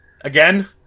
Again